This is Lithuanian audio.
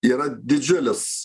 yra didžiulis